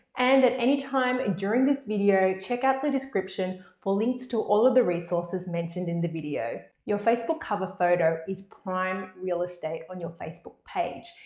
and, at any time during this video check out the description for links to all of the resources mentioned in the video. your facebook cover photo is prime real estate on your facebook page,